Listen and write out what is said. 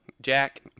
Jack